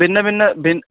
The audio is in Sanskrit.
भिन्नभिन्नानि भिन्नानि